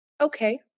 okay